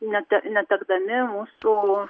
net netekdami mūsų